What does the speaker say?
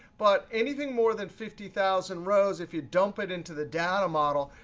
but anything more than fifty thousand rows, if you dump it into the data model,